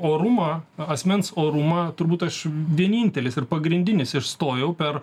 orumą asmens orumą turbūt aš vienintelis ir pagrindinis išstojau per